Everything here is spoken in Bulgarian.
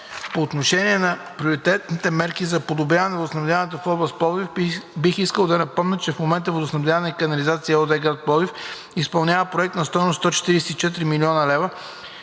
По отношение на предприетите мерки за подобряване на водоснабдяването в област Пловдив бих искал да напомня, че в момента „Водоснабдяване и канализация“ ЕООД, град Пловдив изпълнява проект на стойност 144 млн. лв.,